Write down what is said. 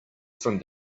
from